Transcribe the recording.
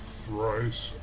thrice